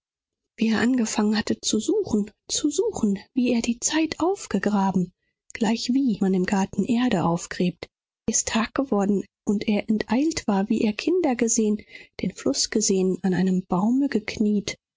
wie er angefangen hatte zu suchen zu suchen wie er die zeit aufgegraben gleichwie man im garten erde aufgräbt wie es tag geworden und er enteilt war wie er kinder gesehen den fluß gesehen an einem baume gekniet